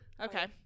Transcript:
Okay